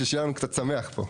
בשביל שיהיה לנו קצת שמח פה.